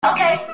Okay